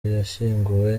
yashyinguwe